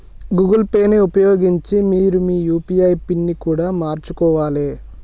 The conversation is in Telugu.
గూగుల్ పే ని ఉపయోగించి మీరు మీ యూ.పీ.ఐ పిన్ని కూడా మార్చుకోవాలే